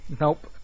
Nope